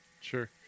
sure